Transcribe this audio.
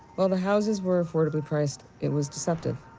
while the houses were affordably priced, it was deceptive.